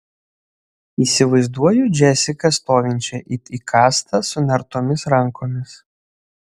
įsivaizduoju džesiką stovinčią it įkastą sunertomis rankomis